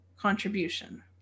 contribution